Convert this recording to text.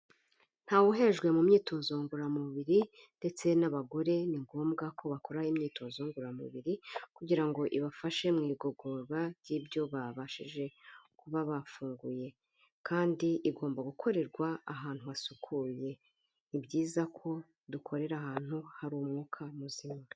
Ntawuhejwe mu myitozo ngororamubiri ndetse n'abagore, ni ngombwa ko bakora imyitozo ngororamubiri, kugira ngo ibafashe mu igogorwa ry'ibyo babashije kuba bafunguye, kandi igomba gukorerwa ahantu hasukuye, ni byiza ko dukorera ahantu hari umwuka muzima.